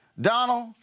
Donald